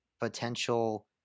potential